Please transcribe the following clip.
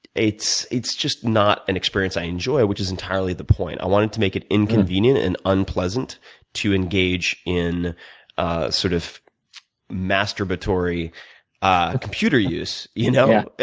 it's it's just not an experience i enjoy, which is entirely the point. i wanted to make it inconvenient and unpleasant to engage in sort of masturbatory ah computer use, you know.